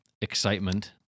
excitement